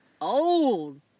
old